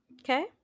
okay